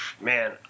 man